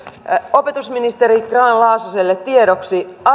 opetusministeri grahn laasoselle tiedoksi